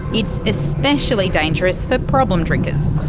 it's especially dangerous for problem drinkers.